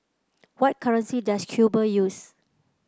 what currency does Cuba use